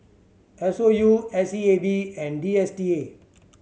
S O U S E A B and D S T A